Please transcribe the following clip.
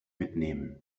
mitnehmen